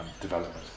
development